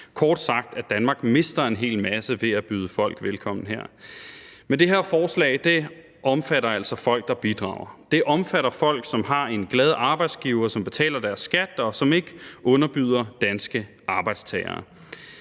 kort sagt at Danmark mister en hel masse ved at byde folk velkommen her. Men det her forslag omfatter altså folk, der bidrager, det omfatter folk, som har en glad arbejdsgiver, som betaler deres skat, og som ikke underbyder danske arbejdstagere.